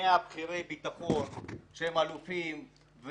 כ-100 בכירי ביטחון, שהם אלופים,